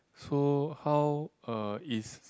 so how uh is